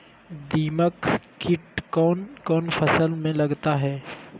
दीमक किट कौन कौन फसल में लगता है?